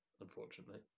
unfortunately